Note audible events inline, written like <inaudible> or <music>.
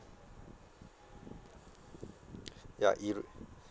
<noise> ya irre~